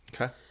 Okay